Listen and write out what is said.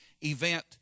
event